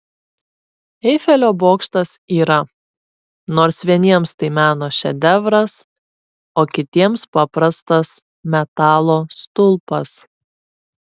eifelio bokštas yra nors vieniems tai meno šedevras o kitiems paprastas metalo stulpas